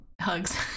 hugs